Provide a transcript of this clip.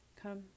Come